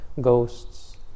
ghosts